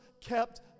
kept